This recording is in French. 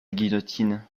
guillotine